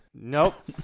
Nope